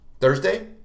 Thursday